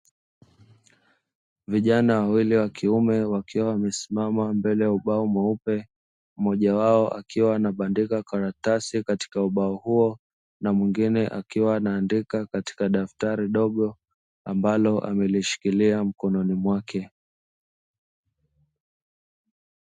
Vijana wawili wa kiume wakiwa wamesimama mbele ya ubao mweupe, mmoja wao akiwa anabandika karatasi katika ubao huo na mwingine akiwa anaandika katika daftari dogo, ambalo amelishikilia mkononi mwake.